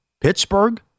Pittsburgh